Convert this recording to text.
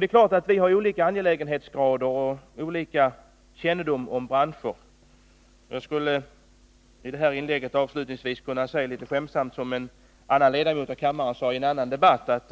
Det är klart att vi har olika angelägenhetsgrad och olika kännedom om branscher. Jag skulle avslutningsvis, litet skämtsamt, kunna säga som en annan ledamot av kammaren sade i en annan debatt: